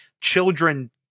children